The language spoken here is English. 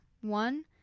One